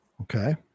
okay